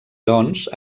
doncs